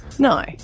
No